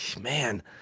man